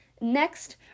Next